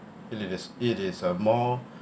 it it is it is a more